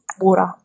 water